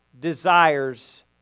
desires